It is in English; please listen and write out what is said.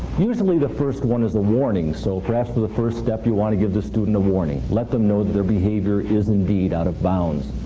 usually the first one is the warning, so perhaps for the first step you want to give the student a warning. let them know that their behavior is indeed out of bounds.